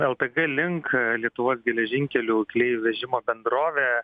ltg link lietuvos geležinkelių keleivių vežimo bendrovė